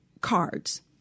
cards